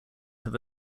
have